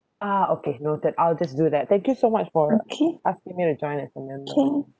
uh okay noted I'll just do that thank you so much for asking me to join the